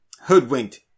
hoodwinked